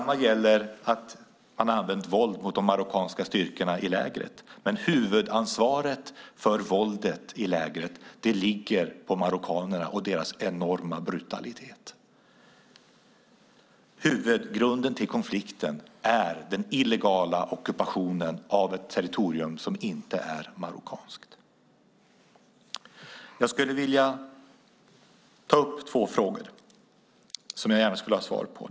Det gäller att man har använt våld mot de marockanska styrkorna. Men huvudansvaret för våldet i lägret ligger på marockanerna för deras enorma brutalitet. Huvudgrunden till konflikten är den illegala ockupationen av ett territorium som inte är marockanskt. Jag vill ta upp två frågor som jag gärna vill ha svar på.